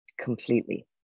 completely